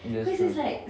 that's true